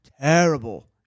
terrible